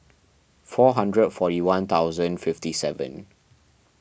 four hundred forty one thousand fifty seven